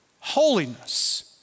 Holiness